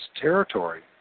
territory